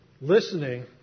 Listening